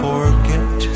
forget